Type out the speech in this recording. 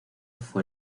fue